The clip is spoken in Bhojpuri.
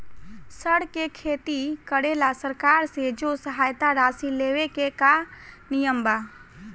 सर के खेती करेला सरकार से जो सहायता राशि लेवे के का नियम बा?